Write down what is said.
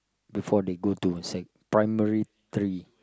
before they go to sec primary three